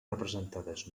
representades